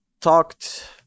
talked